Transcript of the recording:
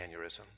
aneurysm